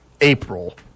April